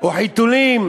או חיתולים,